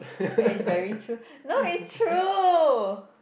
that's is very true no it's true